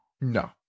No